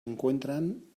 encuentran